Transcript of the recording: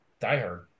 diehard